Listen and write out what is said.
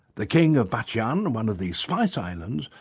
the king of batchian, one of the spice islands,